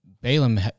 Balaam